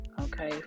okay